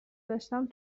داشتم